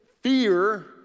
fear